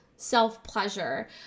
self-pleasure